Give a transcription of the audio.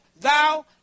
thou